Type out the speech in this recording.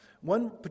One